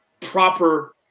proper